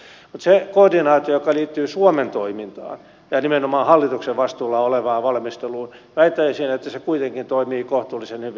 mutta se koordinaatio joka liittyy suomen toimintaan ja nimenomaan hallituksen vastuulla olevaan valmisteluun väittäisin että se kuitenkin toimii kohtuullisen hyvin